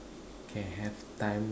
can have time